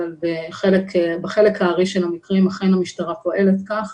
אבל בחלק הארי של המקרים אכן המשטרה פועלת כך.